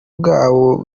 bwawo